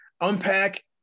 unpack